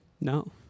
No